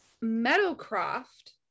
Meadowcroft